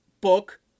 book